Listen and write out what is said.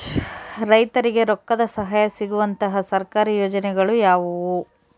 ರೈತರಿಗೆ ರೊಕ್ಕದ ಸಹಾಯ ಸಿಗುವಂತಹ ಸರ್ಕಾರಿ ಯೋಜನೆಗಳು ಯಾವುವು?